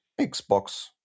Xbox